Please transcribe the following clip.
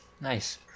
Nice